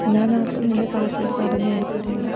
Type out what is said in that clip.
ഞാൻ ആർക്കും എൻ്റെ പാസ്സ്വേർഡ് പറഞ്ഞു കൊടുത്തിട്ടില്ല